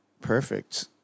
perfect